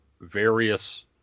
various